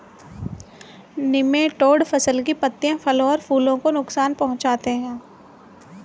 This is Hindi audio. निमैटोड फसल की पत्तियों फलों और फूलों को नुकसान पहुंचाते हैं